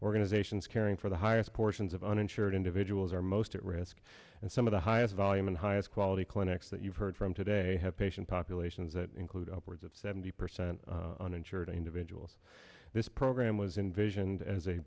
organizations caring for the highest portions of uninsured individuals are most at risk and some of the highest volume and highest quality clinics that you've heard from today have patient populations that include upwards of seventy percent uninsured individuals this program was in vision a